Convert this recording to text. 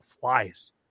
flies